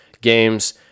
games